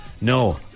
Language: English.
No